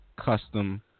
custom